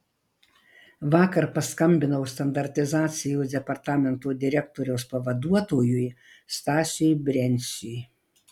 vakar paskambinau standartizacijos departamento direktoriaus pavaduotojui stasiui brenciui